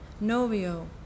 novio